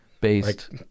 Based